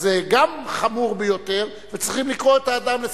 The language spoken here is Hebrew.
אז זה גם חמור ביותר וצריכים לקרוא את האדם לסדר,